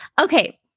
Okay